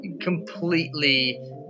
completely